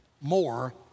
more